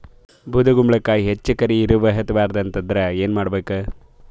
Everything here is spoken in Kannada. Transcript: ಬೊದಕುಂಬಲಕಾಯಿ ತರಕಾರಿ ಹೆಚ್ಚ ಕರಿ ಇರವಿಹತ ಬಾರದು ಅಂದರ ಏನ ಮಾಡಬೇಕು?